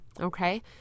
Okay